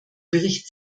bericht